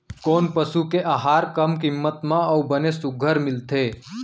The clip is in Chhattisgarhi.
कोन पसु के आहार कम किम्मत म अऊ बने सुघ्घर मिलथे?